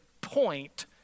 point